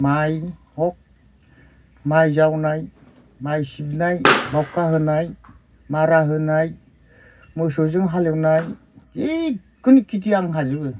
माइ हख माइ जावनाय माइ सिबनाय बावखा होनाय मारा होनाय मोसौजों हालएवनाय जिखुनु खिथि आं हाजोबो